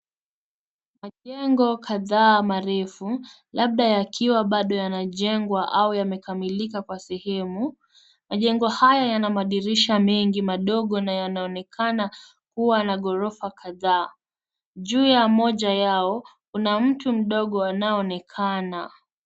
Majengo kadhaa marefu labda yakiwa bado yanajengwa au yamekamilika kwa sehemu. Majengo haya yana madirisha mengi madogo na yanaonekana kuwa na ghorofa kadhaa. Juu ya moja yao kuna mtu mdogo anaonekana.